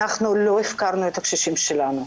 אנחנו לא הפקרנו את הקשישים שלנו,